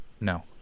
No